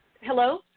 Hello